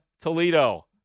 Toledo